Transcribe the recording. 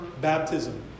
baptism